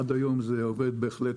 עד היום זה עובד בהחלט